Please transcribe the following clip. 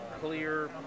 clear